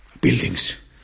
buildings